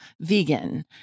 vegan